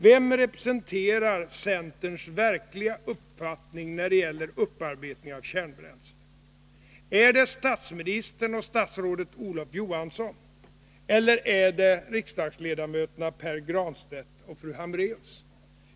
Vem representerar centerns verkliga uppfattning när det Allmänpolitisk gäller upparbetning av kärnbränsle? Är det statsministern och statsrådet debatt Olof Johansson eller är det riksdagsledamöterna Pär Granstedt och Birgitta Hambraeus?